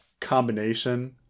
combination